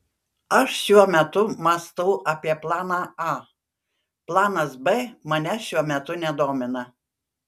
aš šiuo metu mąstau apie planą a planas b manęs šiuo metu nedomina